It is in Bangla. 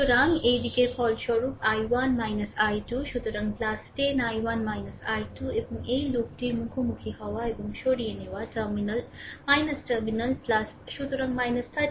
সুতরাং এই দিকের ফলস্বরূপ i1 i2 সুতরাং 10 i1 i2 এবং এই লুপটির মুখোমুখি হওয়া এবং সরিয়ে নেওয়া টার্মিনাল সুতরাং 30 i1 0